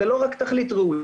לא רק תכלית ראויה.